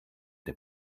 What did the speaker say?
der